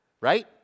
Right